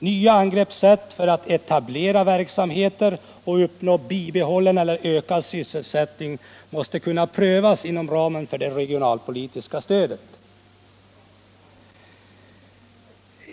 Nya angreppssätt för att etablera verksamheter och uppnå bibehållen eller ökad sysselsättning måste kunna prövas inom ramen för det regionalpolitiska stödet.